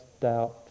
doubt